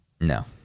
No